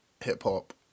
hip-hop